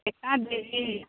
एक आध देते हैं